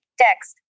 text